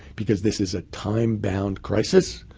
because this is a time-bound crisis,